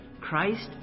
Christ